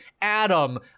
Adam